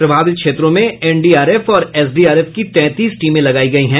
प्रभावित क्षेत्रों में एनडीआरएफ और एसडीआरएफ की तैंतीस टीमें लगायी गई है